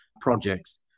projects